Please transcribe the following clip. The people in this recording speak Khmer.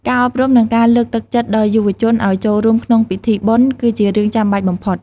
ការអប់រំ និងការលើកទឹកចិត្តដល់យុវជនឲ្យចូលរួមក្នុងពិធីបុណ្យ គឺជារឿងចាំបាច់បំផុត។